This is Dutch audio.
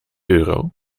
euro